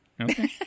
Okay